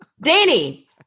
Danny